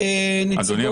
אדוני,